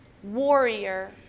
warrior